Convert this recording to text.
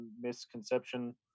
misconception